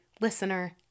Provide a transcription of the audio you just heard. listener